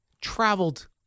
traveled